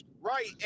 Right